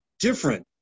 different